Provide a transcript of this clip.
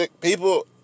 People